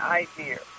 idea